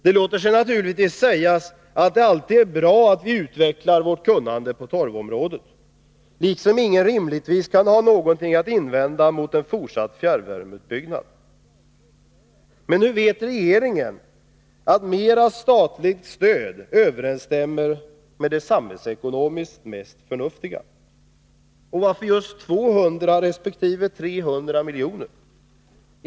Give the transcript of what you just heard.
Det låter sig naturligtvis sägas att det alltid är bra att vi utvecklar vårt kunnande på torvområdet, liksom ingen rimligtvis kan ha något att invända mot en fortsatt fjärrvärmeutbyggnad. Men hur vet regeringen att mera statligt stöd står i överensstämmelse med det samhällsekonomiskt mest förnuftiga? Och varför just 200 resp. 300 miljoner?